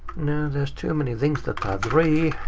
no, there's too many things that are three.